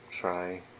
Try